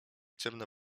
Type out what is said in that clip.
ciemne